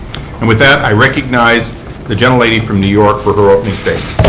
and with that, i recognize the gentlelady from new york for her opening